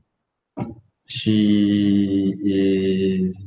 she is